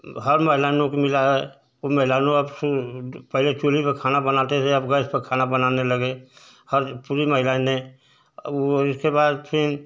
हर महिलाओं को मिला है महिलाओं अब पहले चुल्ही पर खाना बनाते थे अब गैस पर खाना बनाने लगे हर पूरी महिलाएँ ने अब उसके बाद फिर